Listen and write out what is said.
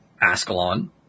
Ascalon